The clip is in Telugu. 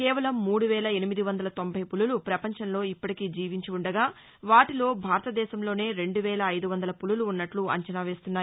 కేవలం మూడు వేల ఎనిమిది వందల తొంభై పులులు ప్రపంచంలో ఇప్పటికి జీవించి వుండగా వాటిలో భారతదేశంలోనే రెండు వేల అయిదు వందల పులులు వున్నట్లు అంచనా వేస్తున్నాయి